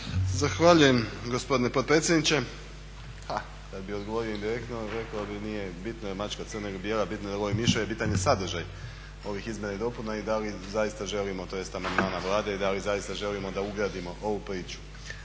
Zahvaljujem gospodine potpredsjedniče. Ha, kad bih odgovorio indirektno rekao bih nije bitno je li mačka crna ili bijela, bitno je jel' lovi miševe, bitan je sadržaj ovih izmjena i dopuna i da li zaista želimo tj. amandman Vlade i da li zaista želimo da ugradimo ovu priču,